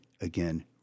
again